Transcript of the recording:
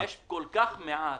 יש כל כך מעט,